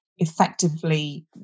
effectively